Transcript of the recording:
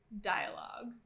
dialogue